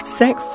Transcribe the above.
sex